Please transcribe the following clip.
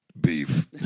beef